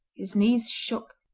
his knees shook,